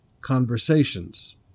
conversations